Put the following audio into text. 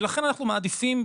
ולכן אנחנו מעדיפים,